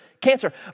cancer